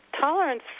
tolerance